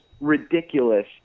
ridiculous